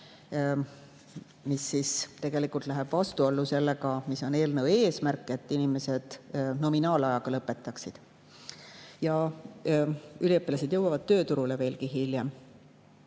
See läheb tegelikult vastuollu sellega, mis on eelnõu eesmärk – et inimesed nominaalajaga lõpetaksid –, ja üliõpilased jõuavad tööturule veelgi hiljem.